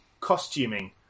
Costuming